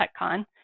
TechCon